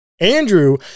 Andrew